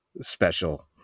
special